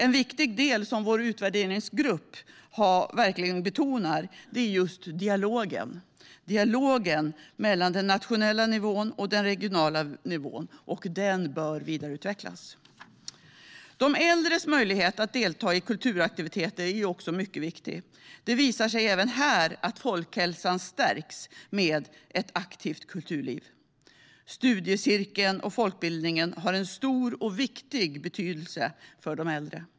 En viktig del som vår utvärderingsgrupp verkligen betonar är just dialogen mellan den nationella nivån och den regionala nivån. Den bör vidareutvecklas. De äldres möjlighet att delta i kulturaktiviteter är mycket viktig. Det visar sig även här att folkhälsan stärks med ett aktivt kulturliv. Studiecirkeln och folkbildningen har stor och viktig betydelse för de äldre.